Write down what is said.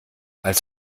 als